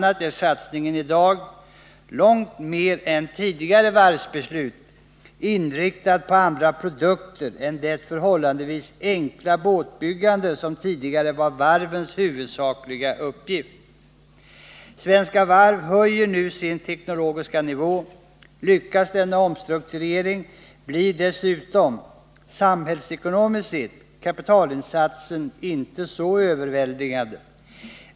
a. är satsningen i dag, långt mer än vid tidigare varvsbeslut, inriktad på andra produkter än det förhållandevis enkla båtbyggande som tidigare var varvens huvudsakliga uppgift. Svenska Varv höjer nu sin teknologiska nivå. Lyckas denna omstrukturering blir dessutom — samhällsekonomiskt sett — kapitalinsatsen inte så överväldigande.